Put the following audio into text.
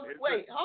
Wait